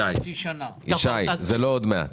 זה לא עוד מעט,